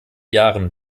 jahren